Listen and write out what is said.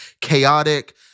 chaotic